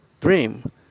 dream